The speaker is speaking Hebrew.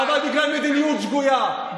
אבל בגלל מדיניות שגויה.